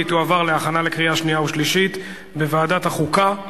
והיא תועבר להכנה לקריאה השנייה והשלישית בוועדת החוקה,